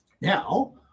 now